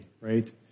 right